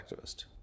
activist